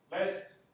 less